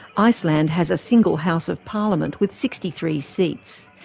iceland has a single house of parliament with sixty three seats.